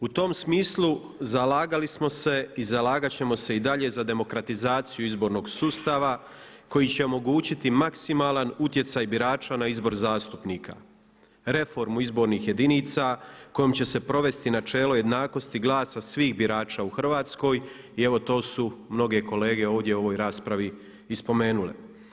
U tom smislu zalagali smo se i zalagat ćemo se i dalje za demokratizaciju izbornog sustava koji će omogućiti maksimalan utjecaj birača na izbor zastupnika, reformu izbornih jedinica kojom će se provesti načelo jednakosti glasa svih birača u Hrvatskoj i evo to su mnoge kolege ovdje u ovoj raspravi i spomenule.